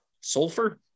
sulfur